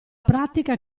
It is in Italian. pratica